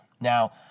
Now